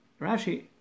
Rashi